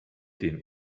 den